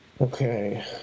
Okay